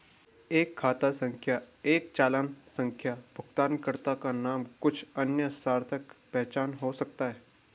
एक खाता संख्या एक चालान संख्या भुगतानकर्ता का नाम या कुछ अन्य सार्थक पहचान हो सकता है